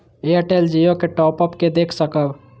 Airtel Jio के top up के देख सकब?